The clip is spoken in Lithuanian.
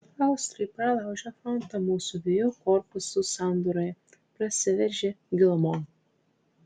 austrai pralaužę frontą mūsų dviejų korpusų sandūroje prasiveržė gilumon